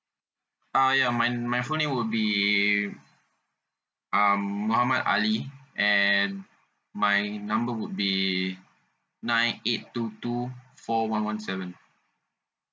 ah ya my my full name would be um muhammad ali and my number would be nine eight two two four one one seven